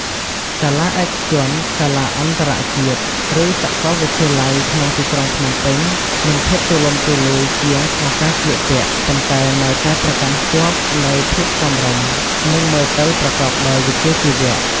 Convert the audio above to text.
សាលាឯកជន សាសាអន្តរជាតិ ឬ សកលវិទ្យាល័យក្នុងទីក្រុងភ្នំពេញមានភាពទូលំទូលាយជាងក្នុងការស្លៀកពាក់ ប៉ុន្តែនៅតែប្រកាន់ខ្ជាប់នៅភាពសមរម្យ និង មើលទៅប្រកបដោយវិជ្ជាជីវៈ។